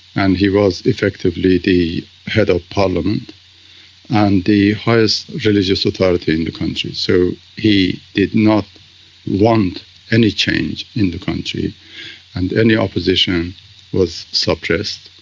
and he was effectively the head of parliament and the highest religious authority in the country. so he did not want any change in the country and any opposition was supressed.